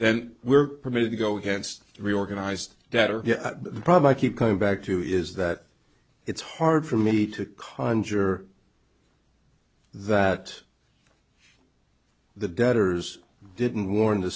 then we're permitted to go against reorganised that are the problem i keep coming back to is that it's hard for me to conjure that the debtors didn't warn the